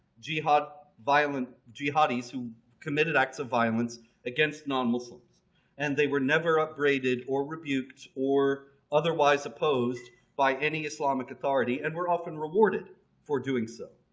jihad, violent jihadis who committed acts of violence against non-muslims and they were never upgraded or rebuked or otherwise opposed by any islamic authority and were often rewarded for doing so.